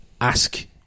ask